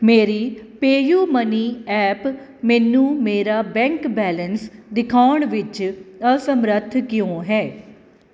ਮੇਰੀ PayUmoney app ਮੈਨੂੰ ਮੇਰਾ ਬੈਂਕ ਬੈਲੇਂਸ ਦਿਖਾਉਣ ਵਿੱਚ ਅਸਮਰੱਥ ਕਿਉਂ ਹੈ